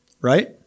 right